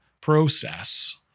process